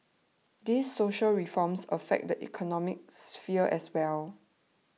these social reforms affect the economic sphere as well